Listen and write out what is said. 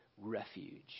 refuge